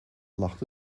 lacht